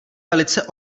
velice